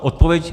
Odpověď.